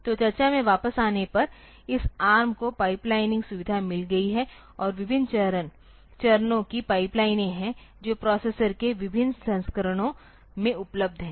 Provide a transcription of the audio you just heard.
तो चर्चा में वापस आने पर इस ARM को पाइपलाइनिंग सुविधा मिल गई है और विभिन्न चरणों की पाइपलाइनें हैं जो प्रोसेसर के विभिन्न संस्करणों में उपलब्ध हैं